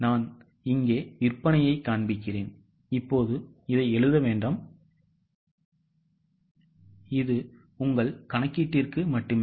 நான் இங்கே விற்பனையை காண்பிக்கிறேன் இப்போது இதை எழுத வேண்டாம் இது உங்கள் கணக்கீட்டிற்கு மட்டுமே